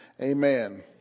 Amen